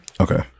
Okay